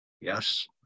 Yes